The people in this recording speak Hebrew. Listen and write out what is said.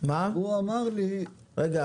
והוא אמר לי -- זה לא --- רגע,